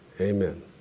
Amen